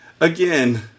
again